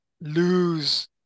lose